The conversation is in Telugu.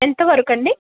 ఎంత వరకు అండి